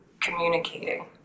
communicating